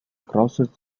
crossed